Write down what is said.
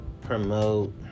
promote